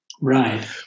Right